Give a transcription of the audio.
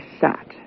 sat